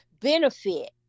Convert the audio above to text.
benefit